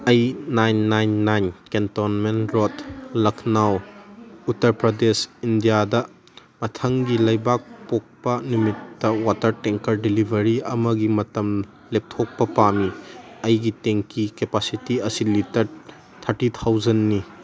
ꯑꯩ nine nine nine cantonment road Lucknow Uttar Pradesh ꯏꯟꯗꯤꯌꯥꯗ ꯃꯊꯪꯒꯤ ꯂꯩꯕꯥꯛꯄꯣꯛꯄ ꯅꯨꯃꯤꯠꯇ ꯋꯥꯇꯔ ꯇꯦꯡꯀꯔ ꯗꯤꯂꯤꯕꯔꯤ ꯑꯃꯒꯤ ꯃꯇꯝ ꯂꯦꯞꯊꯣꯛꯄ ꯄꯥꯝꯃꯤ ꯑꯩꯒꯤ ꯇꯦꯡꯀꯤ ꯀꯦꯄꯥꯁꯤꯇꯤ ꯑꯁꯤ ꯂꯤꯇꯔ ꯊꯥꯔꯇꯤ ꯊꯥꯎꯖꯟꯅꯤ